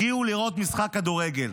הגיעו לראות משחק כדורגל.